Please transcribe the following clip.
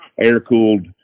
air-cooled